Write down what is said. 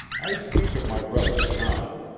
i speak of my brother john,